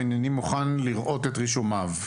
אם הנני מוכן לראות את רישומיו,